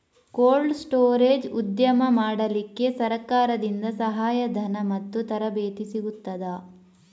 Cold storage ಉದ್ಯಮ ಮಾಡಲಿಕ್ಕೆ ಸರಕಾರದಿಂದ ಸಹಾಯ ಧನ ಮತ್ತು ತರಬೇತಿ ಸಿಗುತ್ತದಾ?